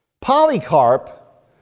Polycarp